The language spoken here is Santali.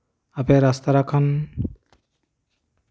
ᱟᱯᱮ ᱨᱮᱥᱛᱳᱨᱟ ᱠᱷᱚᱱ